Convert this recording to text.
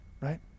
right